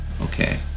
Okay